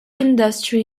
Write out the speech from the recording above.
industry